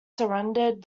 surrendered